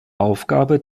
aufgabe